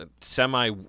semi